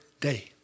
day